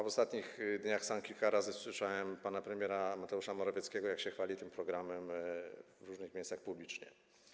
W ostatnich dniach sam kilka razy słyszałem pana premiera Mateusza Morawieckiego, jak się chwali tym programem w różnych miejscach publicznych.